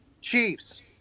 Chiefs